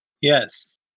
yes